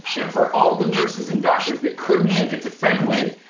and for all the nurses and doctors that couldn't make it to fenway,